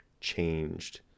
changed